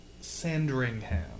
Sandringham